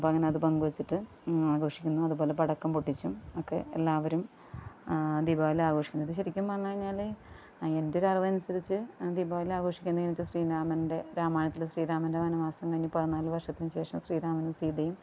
അപ്പോൾ അങ്ങനെ അത് പങ്കുവെച്ചിട്ട് ആഘോഷിക്കുന്നു അതുപോലെ പടക്കം പൊട്ടിച്ചും ഒക്കെ എല്ലാവരും ദീപാവലി ആഘോഷിക്കുന്നത് ശെരിക്കും പറഞ്ഞുകഴിഞ്ഞാൽ എന്റെ ഒരറിവനുസരിച്ച് ദീപാവലി ആഘോഷിക്കുന്നത് ശ്രീരാമന്റെ രാമായണത്തിലെ ശ്രീരാമന്റെ വനവാസം കഴിഞ്ഞ് പതിനാല് വര്ഷത്തിന് ശേഷം ശ്രീരാമനും സീതയും